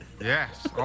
Yes